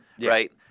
right